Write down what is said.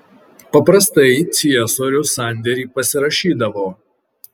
paprastai ciesorius sandėrį pasirašydavo